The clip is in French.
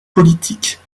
politique